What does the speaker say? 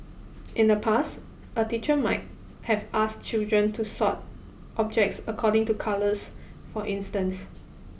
in the past a teacher might have asked children to sort objects according to colours for instance